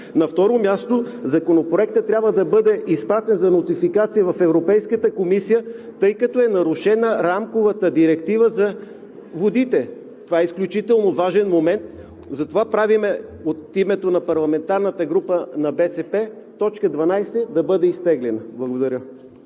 На второ място, Законопроектът трябва да бъде изпратен за нотификация в Европейската комисия, тъй като е нарушена Рамковата директива за водите. Това е изключително важен момент. Затова от името на парламентарната група на БСП правим предложение т. 12 да бъде изтеглена. Благодаря.